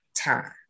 time